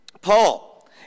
Paul